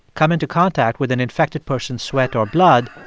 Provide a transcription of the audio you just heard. come into contact with an infected person's sweat or blood,